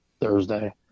thursday